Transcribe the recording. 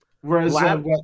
Whereas